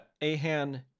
Ahan